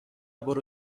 برو